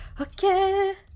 Okay